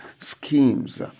schemes